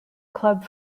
club